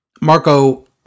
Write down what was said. Marco